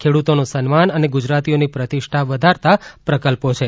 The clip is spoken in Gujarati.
ખેડૂતોનું સન્માન અને ગુજરાતીઓની પ્રતિષ્ઠા વધારતા પ્રકલ્પો છે